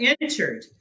entered